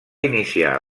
iniciar